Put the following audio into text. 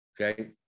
okay